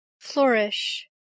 Flourish